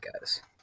guys